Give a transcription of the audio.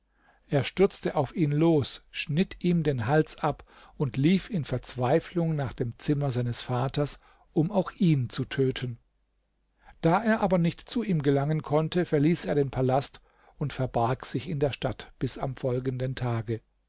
er stürzte auf ihn los schnitt ihm den hals ab und lief in verzweiflung nach dem zimmer seines vaters um auch ihn zu töten da er aber nicht zu ihm gelangen konnte verließ er den palast und verbarg sich in der stadt bis am folgenden tage